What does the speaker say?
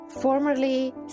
formerly